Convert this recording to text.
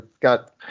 got